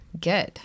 Good